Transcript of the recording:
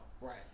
Right